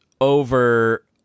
over